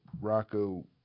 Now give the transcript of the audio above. Rocco